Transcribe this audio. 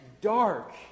dark